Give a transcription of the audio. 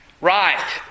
right